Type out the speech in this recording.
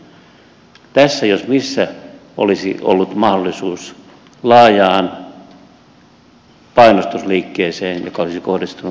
tässä jos missä olisi ollut mahdollisuus laajaan painostusliikkeeseen joka olisi kohdistunut hallitukseen